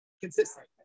consistent